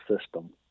system